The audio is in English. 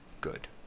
good